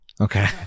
Okay